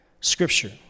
scripture